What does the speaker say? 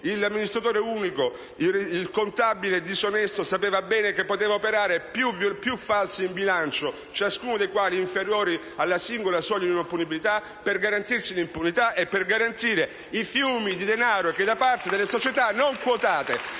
l'amministratore unico, il contabile disonesto sapevano bene che potevano operare più falsi in bilancio, ciascuno dei quali inferiori alla singola soglia di non punibilità, per garantirsi l'impunibilità e i fiumi di denaro che da parte delle società non quotate